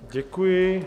Děkuji.